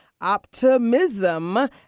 optimism